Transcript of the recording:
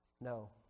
no